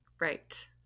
Right